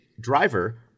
driver